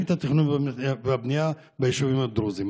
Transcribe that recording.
את התכנון והבנייה ביישובים הדרוזיים.